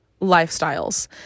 lifestyles